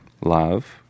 love